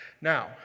Now